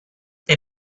they